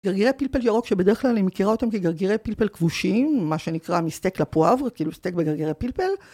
גרגירי פלפל ירוק שבדרך כלל אני מכירה אותם כגרגירי פלפל כבושים, מה שנקרא מסטק לפואבר, כאילו סטק בגרגירי פלפל.